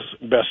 best